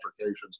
altercations